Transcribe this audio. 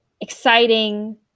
exciting